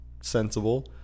sensible